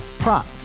Prop